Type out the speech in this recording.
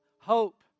Hope